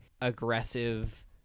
aggressive